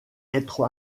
être